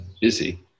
busy